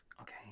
Okay